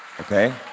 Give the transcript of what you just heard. okay